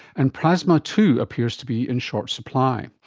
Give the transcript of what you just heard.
and plasma too appears to be in short supply.